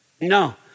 no